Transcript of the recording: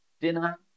dinner